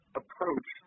approach